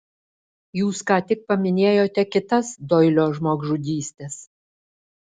jūs ką tik paminėjote kitas doilio žmogžudystes